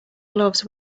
gloves